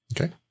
Okay